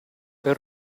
per